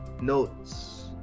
notes